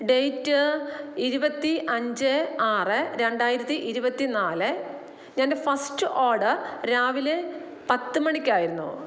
date ഇരുപത്തി അഞ്ച് ആറ് രണ്ടായിരത്തി ഇരുപത്തിനാല് എൻ്റെ ഫസ്റ്റ് ഓഡർ രാവിലെ പത്ത് മണിക്കായിരുന്നു